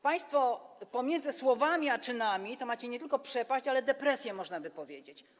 Państwo pomiędzy słowami a czynami macie nie tyle przepaść, co depresję, można by powiedzieć.